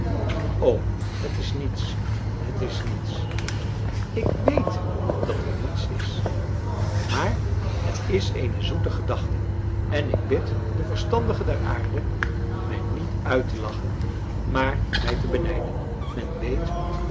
o het is niets het is niets ik weet dat het niets is maar het is eene zoete gedachte en ik bid de verstandigen der aarde mij niet uit te lachen maar mij te benijden men weet